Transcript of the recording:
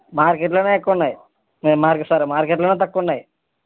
మార్కెట్లో ఎక్కువ ఉన్నాయి నేను మార్కెట్ సారీ మార్కెట్లో తక్కువ ఉన్నాయి